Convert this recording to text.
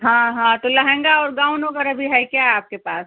हाँ हाँ तो लहंगा और गाउन वगैरह भी है क्या आपके पास